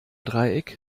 dreieck